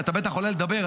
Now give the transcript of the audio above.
אתה בטח עולה לדבר,